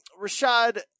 Rashad